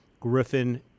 Griffin